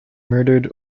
murdered